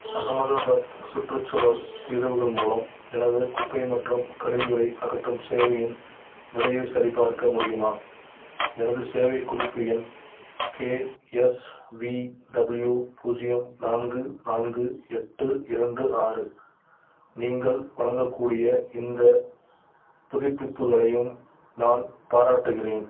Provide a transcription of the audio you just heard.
அகமதாபாத் சுற்றுச்சூலல் தீர்வுகள் மூலம் எனது குப்பை மற்றும் கழிவுகளை அகற்றும் சேவையின் நிலையைச் சரிபார்க்க முடியுமா எனது சேவை குறிப்பு எண் கேஎஸ்விடபிள்யூ பூஜ்யம் நான்கு நான்கு எட்டு இரண்டு ஆறு நீங்கள் வழங்கக்கூடிய இந்த புதுப்பிப்புகளையும் நான் பாராட்டுகிறேன்